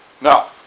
Now